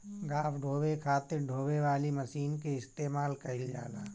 घास ढोवे खातिर खातिर ढोवे वाली मशीन के इस्तेमाल कइल जाला